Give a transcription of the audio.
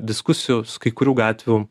diskusijų su kai kurių gatvių